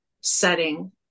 setting